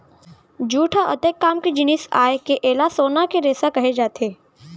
jute ह अतेक काम के जिनिस आय के एला सोना के रेसा कहे जाथे